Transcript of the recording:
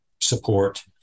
support